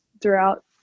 throughout